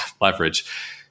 leverage